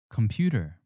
Computer